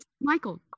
Michael